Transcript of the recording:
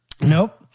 Nope